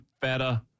feta